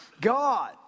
God